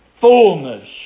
Fullness